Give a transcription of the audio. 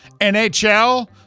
NHL